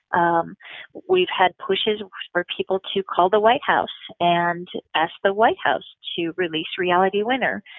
um we've had pushes for people to call the white house and ask the white house to release reality winner,